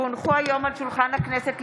כי הונחו היום על שולחן הכנסת,